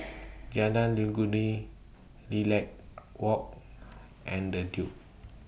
Jalan Legundi Lilac Walk and The Duke